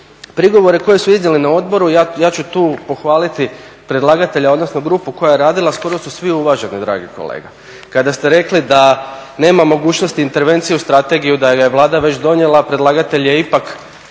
Prigovore koje su iznijeli na odboru, ja ću tu pohvaliti predlagatelja, odnosno grupu koja je radila, skoro su svi uvaženi, dragi kolega. Kada ste rekli da nema mogućnosti intervencije u strategiji, da je Vlada već donijela, predlagatelj je ipak